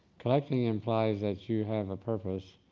collecting implies that you have a purpose,